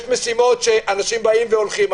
יש משימות שאנשים באים והולכים.